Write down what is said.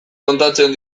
kontatzen